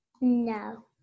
No